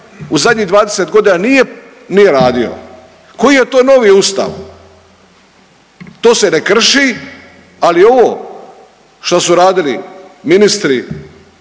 u zadnjih 20.g. nije, nije radio, koji je to novi ustav, to se ne krši, ali ovo što su radili ministri